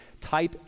type